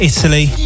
Italy